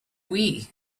wii